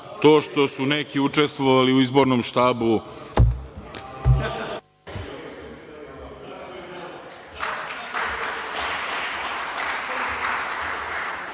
to što su neki učestvovali u izbornom štabu